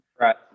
right